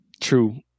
true